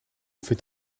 fait